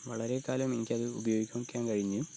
വളരെക്കാലം എനിക്കത് ഉപയോഗിക്കാൻ കഴിഞ്ഞു